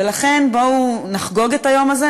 ולכן, בואו נחגוג את היום הזה.